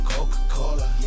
Coca-Cola